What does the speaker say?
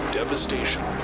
devastation